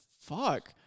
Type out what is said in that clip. fuck